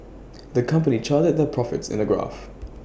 the company charted their profits in A graph